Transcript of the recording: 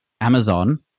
Amazon